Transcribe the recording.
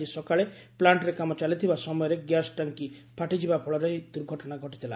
ଆକି ସକାଳେ ପ୍ଲାଷ୍ରେ କାମ ଚାଲିଥିବା ସମୟରେ ଗ୍ୟାସ୍ ଟାଙି ଫାଟିଯିବା ଫଳରେ ଏହି ଦୂର୍ଘଟଣା ଘଟିଥିଲା